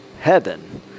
heaven